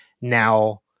now